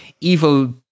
evil